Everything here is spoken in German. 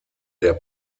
der